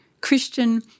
Christian